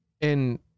and-